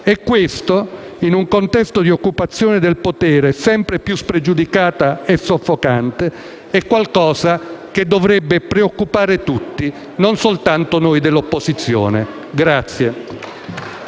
E questo, in un contesto di occupazione del potere sempre più spregiudicata e soffocante, è qualcosa che dovrebbe preoccupare tutti, non soltanto noi dell'opposizione.